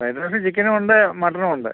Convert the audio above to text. fried rice ചിക്കനും ഉണ്ട് മട്ടനും ഉണ്ട്